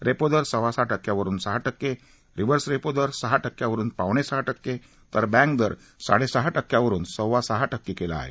repo दर सव्वा सहा टक्क्यावरुन सहा टक्के रिवर्स रेपो दर सहा टक्क्यावरुन पावणे सहा टक्के तर बँक दर साडेसहा टक्क्यावरुन सव्वासहा टक्के केला आहे